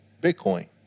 Bitcoin